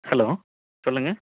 hello சொல்லுங்கள்